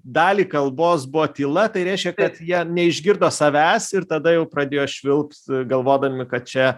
dalį kalbos buvo tyla tai reiškia kad jie neišgirdo savęs ir tada jau pradėjo švilpt galvodami kad čia